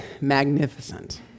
magnificent